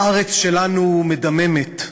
הארץ שלנו מדממת.